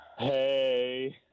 Hey